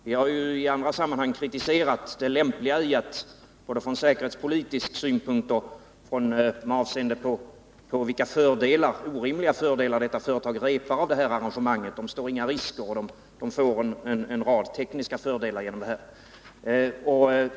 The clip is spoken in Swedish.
Vi har ju i andra sammanhang kritiserat detta, både från säkerhetspolitisk synpunkt och med avseer:de på de orimliga fördelar företaget drar av arrangemanget. Det tar inga risker och det får en rad tekniska fördelar genom detta.